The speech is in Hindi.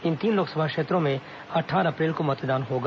इन तीन लोकसभा क्षेत्रों में अट्ठारह अप्रैल को मतदान होगा